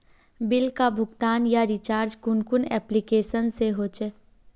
Bill का भुगतान या रिचार्ज कुन कुन एप्लिकेशन से होचे?